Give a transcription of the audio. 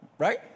Right